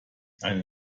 eine